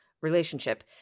relationship